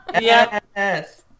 Yes